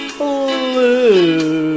blue